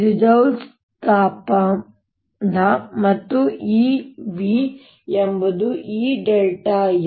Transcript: ಇದು ಜೌಲ್ಸ್ ತಾಪನ ಜೌಲ್ ತಾಪನ ಮತ್ತು ಈ v ಎಂಬುದು E